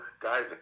guys